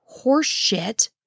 horseshit